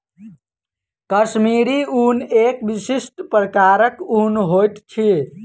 कश्मीरी ऊन एक विशिष्ट प्रकारक ऊन होइत अछि